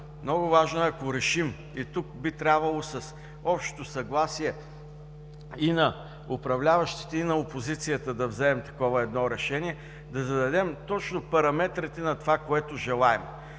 Много важно е, ако решим, и тук би трябвало с общо съгласие и на управляващите, и на опозицията, да вземем едно такова решение, да зададем точно параметрите на това, което желаем